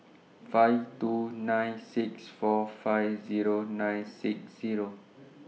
five two nine six four five Zero nine six Zero